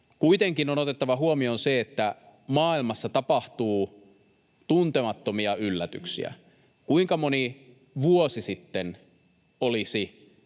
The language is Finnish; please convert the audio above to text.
Kuitenkin on otettava huomioon, että maailmassa tapahtuu tuntemattomia yllätyksiä. Kuinka moni olisi vuosi